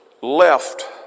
left